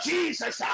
Jesus